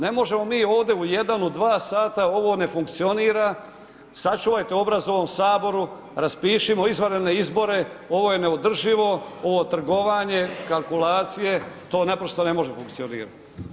Ne možemo mi ovdje u 1, u 2 sata, ovo ne funkcionira, sačuvajte obraz u ovom Saboru, raspišimo izvanredne izbore, ovo je neodrživo, ovo je trgovanje kalkulacije, to naprosto ne može funkcionirat.